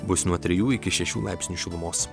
bus nuo trijų iki šešių laipsnių šilumos